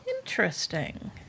Interesting